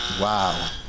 Wow